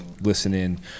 listening